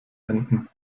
enden